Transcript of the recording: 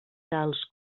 tals